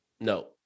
No